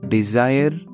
Desire